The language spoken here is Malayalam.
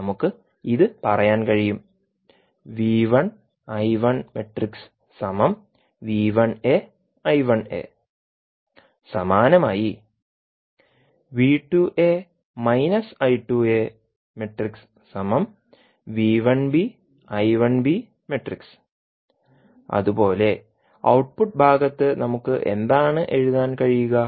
നമുക്ക് ഇത് പറയാൻ കഴിയും സമാനമായി അതുപോലെ ഔട്ട്പുട്ട് ഭാഗത്ത് നമുക്ക് എന്താണ് എഴുതാൻ കഴിയുക